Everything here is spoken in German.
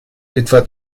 etwa